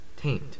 tamed